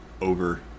over